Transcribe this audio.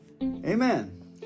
Amen